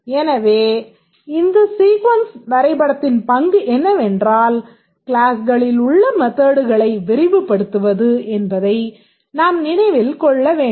எனவே சீக்வென்ஸ் வரைபடத்தின் பங்கு என்னவென்றால் க்ளாஸ்களிலுள்ள மெத்தட்க்ளை விரிவுபடுத்துவது என்பதை நாம் நினைவில் கொள்ள வேண்டும்